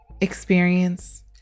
experience